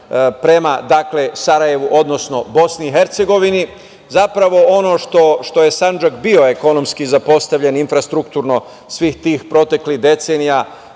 prema Sarajevu, odnosno Bosni i Hercegovini, zapravo ono što je Sandžak bio ekonomski zapostavljen, infrastrukturno svih tih proteklih decenija. Ovim